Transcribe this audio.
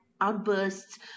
outbursts